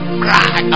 cry